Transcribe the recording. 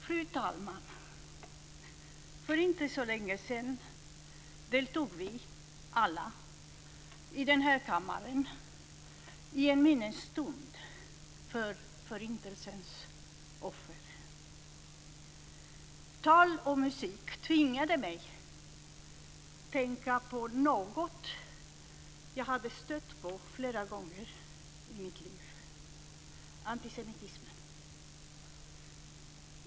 Fru talman! För inte så länge sedan deltog vi alla här i kammaren i en minnesstund för Förintelsens offer. Tal och musik tvingade mig att tänka på något som jag hade stött på flera gånger i mitt liv: antisemitismen.